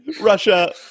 Russia